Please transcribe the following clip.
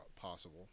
possible